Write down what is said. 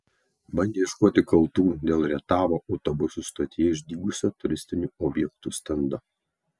bandė ieškoti kaltų dėl rietavo autobusų stotyje išdygusio turistinių objektų stendo